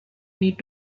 need